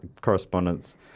correspondence